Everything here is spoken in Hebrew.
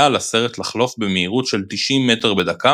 היה על הסרט לחלוף במהירות של 90 מטר בדקה